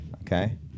okay